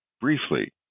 briefly